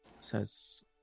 says